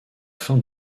fin